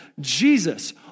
Jesus